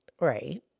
Right